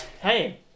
Hey